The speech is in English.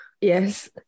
yes